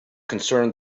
concerned